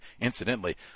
incidentally